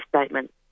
statement